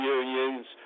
unions